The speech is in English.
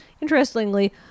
Interestingly